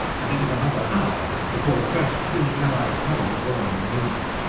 and it was another hour before the first three allied columns were on the move.